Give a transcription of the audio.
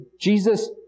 Jesus